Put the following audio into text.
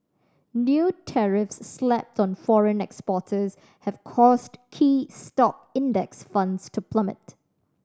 new tariffs slapped on foreign exporters have caused key stock Index Funds to plummet